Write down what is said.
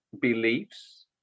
beliefs